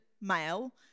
male